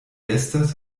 estas